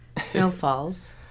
snowfalls